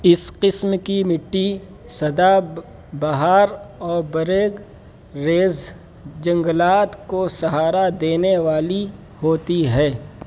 اس قسم کی مٹی سدا بہار اور برگ ریز جنگلات کو سہارا دینے والی ہوتی ہے